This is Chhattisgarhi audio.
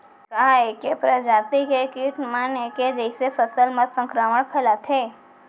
का ऐके प्रजाति के किट मन ऐके जइसे फसल म संक्रमण फइलाथें?